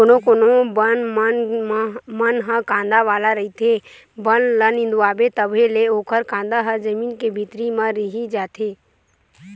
कोनो कोनो बन मन ह कांदा वाला रहिथे, बन ल निंदवाबे तभो ले ओखर कांदा ह जमीन के भीतरी म रहि जाथे